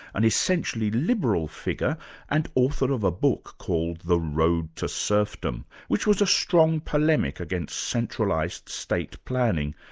an essentially liberal figure and author of a book called the road to serfdom, which was a strong polemic against centralised state planning.